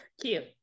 Cute